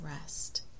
rest